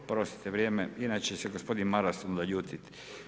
Oprostite vrijeme, inače se gospodin Maras onda ljuti.